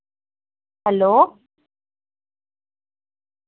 hello